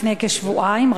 לפני כשבועיים,